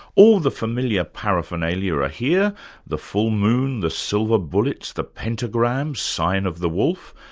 all the familiar paraphernalia are here the full moon, the silver bullets, the pentagram, sign of the wolf,